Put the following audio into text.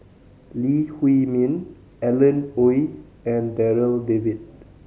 Lee Huei Min Alan Oei and Darryl David